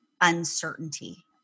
uncertainty